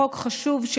חוק חשוב,